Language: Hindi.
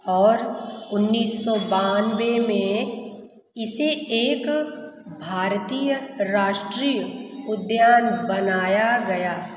और उन्नीस सौ बानबे में इसे एक भारतीय राष्ट्रीय उद्यान बनाया गया